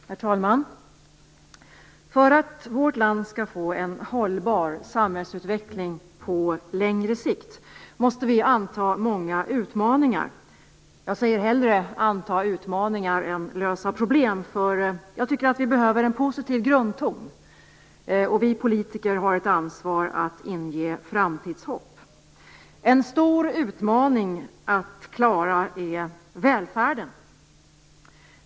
Herr talman! För att vårt land skall få en hållbar samhällsutveckling på längre sikt måste vi anta många utmaningar. Jag säger hellre "anta utmaningar" än "lösa problem", för jag tycker att vi behöver en positiv grundton. Vi politiker har ett ansvar för att inge framtidshopp. En stor utmaning att klara är välfärden.